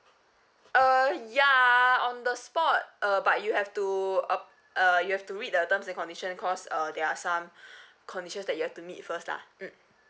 uh yeah on the spot uh but you have to uh you have to read the terms and condition cause uh there are some condition that you have to meet first lah mm